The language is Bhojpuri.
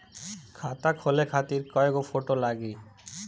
खाता खोले खातिर कय गो फोटो लागी?